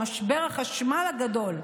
במשבר החשמל הגדול,